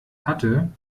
hatte